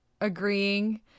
agreeing